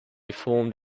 formed